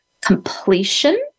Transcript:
completion